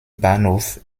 bahnhof